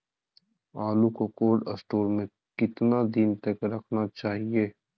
आलू को cold store में कितना दिन तक रखना चाहिए?